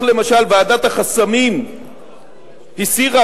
למשל, ועדת החסמים הסירה